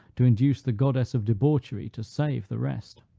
to induce the goddess of debauchery to save the rest.